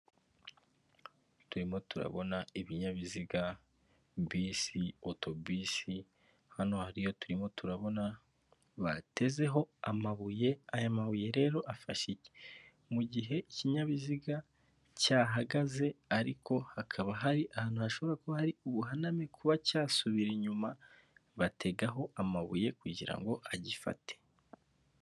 Turimo turabona ibinyabiziga bisi otobisi, hano hariyo turimo turabona batezeho amabuye aya mabuye aya mabuye rero afashe iki? mu gihe ikinyabiziga cyahagaze ariko hakaba hari ahantu hashobora ko hari ubuhaname kuba cyasubira inyuma bategaho amabuye kugirango agifate.